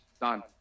Done